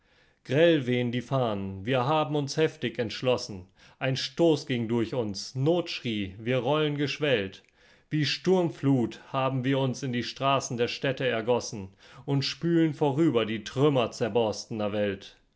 grell wehen die fahnen wir haben uns heftig entschlossen ein stoß ging durch uns not schrie wir rollen geschwellt wie sturmflut haben wir uns in die straßen der städte ergossen und spülen vorüber die trümmer zerborstener welt